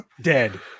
Dead